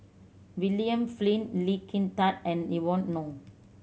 William Flint Lee Kin Tat and Evon Kow